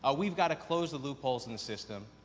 ah we have got to close the loopholes in the system,